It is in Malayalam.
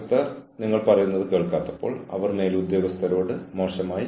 അതിനാൽ ഞാൻ പ്രാഥമികമായി പരാമർശിച്ച രണ്ട് പുസ്തകങ്ങൾ ഇവയാണ്